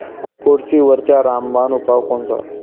कोळशीवरचा रामबान उपाव कोनचा?